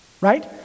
right